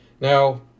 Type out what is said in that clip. Now